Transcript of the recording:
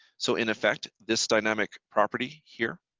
so, in effect, this dynamic property here,